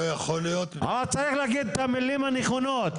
לא יכול להיות --- אז צריך להגיד את המילים הנכונות.